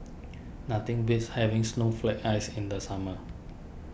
nothing beats having Snowflake Ice in the summer